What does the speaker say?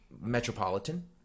metropolitan